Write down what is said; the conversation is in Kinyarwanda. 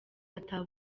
ata